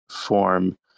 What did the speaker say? form